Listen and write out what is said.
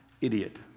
idiot